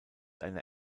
eine